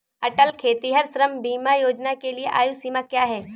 अटल खेतिहर श्रम बीमा योजना के लिए आयु सीमा क्या है?